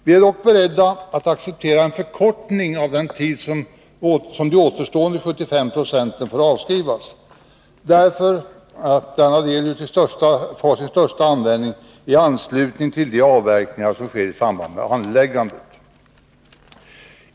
Vi är dock beredda att acceptera en förkortning av den tid som återstående 75 Yo får avskrivas på, därför att denna del ju har sin största användning i anslutning till avverkningar i samband med anläggandet.